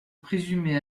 présumé